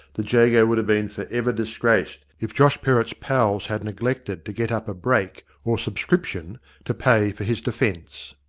the jago would have been for ever disgraced if josh perrott's pals had neglected to get up a break or subscription to pay for his defence.